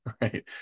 right